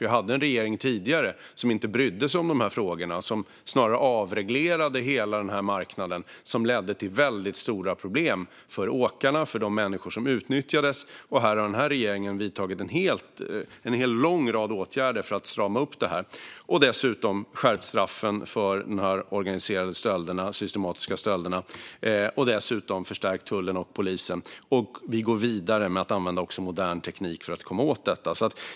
Vi hade en regering tidigare som inte brydde sig om dessa frågor utan snarare avreglerade hela denna marknad, vilket ledde till stora problem för åkarna och för de människor som utnyttjades. Här har vår regering vidtagit en lång rad åtgärder för att strama upp det hela. Vi har skärpt straffen för de organiserade och systematiska stölderna och dessutom förstärkt tullen och polisen, och vi går vidare med att använda modern teknik för att komma åt detta.